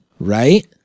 Right